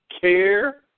Care